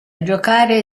giocare